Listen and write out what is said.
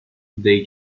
they